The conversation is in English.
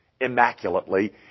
immaculately